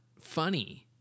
funny